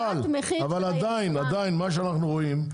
אבל עדיין מה שאנחנו רואים,